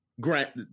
grant